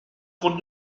coup